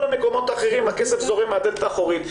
המקומות האחרים הכסף זורם מהדלת האחורית,